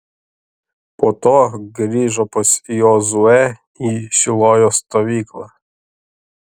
po to grįžo pas jozuę į šilojo stovyklą